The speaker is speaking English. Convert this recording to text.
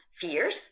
fierce